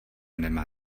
nemá